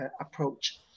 approach